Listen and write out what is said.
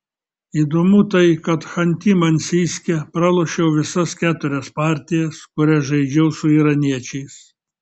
įdomu tai kad chanty mansijske pralošiau visas keturias partijas kurias žaidžiau su iraniečiais